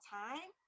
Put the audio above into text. time